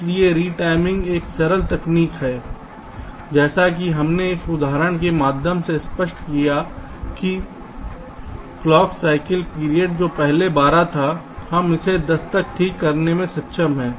इसलिए रिटिमिंग एक सरल तकनीक है जैसा कि हमने इस उदाहरण के माध्यम से स्पष्ट किया है कि क्लॉक साइकिल टाइम जो पहले 12 था हम इसे 10 तक ठीक करने में सक्षम हैं